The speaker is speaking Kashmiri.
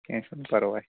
کیٚنٛہہ چھُنہٕ پرواے